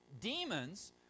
Demons